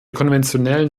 konventionellen